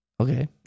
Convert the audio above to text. Okay